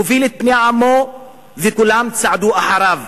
הוביל את בני עמו וכולם צעדו אחריו.